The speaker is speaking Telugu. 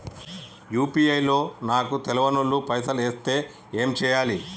యూ.పీ.ఐ లో నాకు తెల్వనోళ్లు పైసల్ ఎస్తే ఏం చేయాలి?